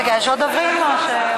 תודה רבה לך.